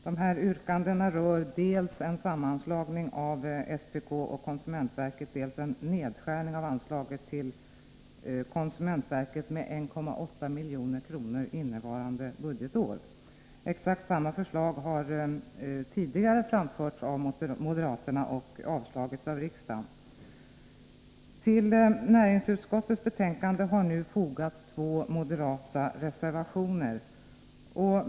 Dessa yrkanden rör dels en sammanslagning av SPK och konsumentverket, dels en nedskärning av anslaget till konsumentverket med 1,8 milj.kr. innevarande budgetår. Exakt samma förslag har tidigare framförts av moderaterna och avslagits av riksdagen. Till näringsutskottets betänkande har fogats två moderata reservationer.